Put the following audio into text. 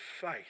faith